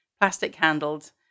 plastic-handled